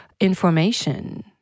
information